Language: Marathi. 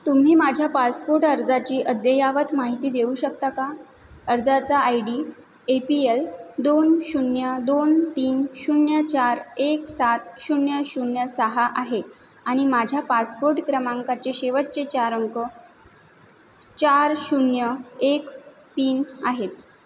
तुम्ही माझ्या पासपोर्ट अर्जाची अद्ययावत माहिती देऊ शकता का अर्जाचा I D A P L दोन शून्य दोन तीन शून्य चार एक सात शून्य शून्य सहा आहे आणि माझ्या पासपोर्ट क्रमांकाचे शेवटचे चार अंक चार शून्य एक तीन आहेत